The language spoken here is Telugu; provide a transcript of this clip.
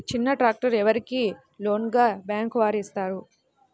చిన్న ట్రాక్టర్ ఎవరికి లోన్గా బ్యాంక్ వారు ఇస్తారు?